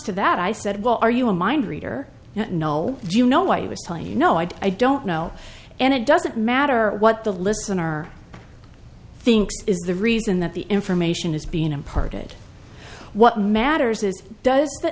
to that i said well are you a mind reader you know do you know why he was telling you know i don't know and it doesn't matter what the listener thinks is the reason that the information is being imparted what matters is does th